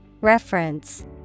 Reference